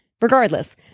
Regardless